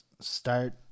start